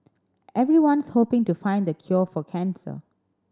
everyone's hoping to find the cure for cancer